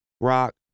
rock